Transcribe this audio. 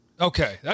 Okay